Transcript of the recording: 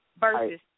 versus